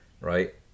right